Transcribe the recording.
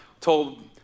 told